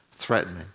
Threatening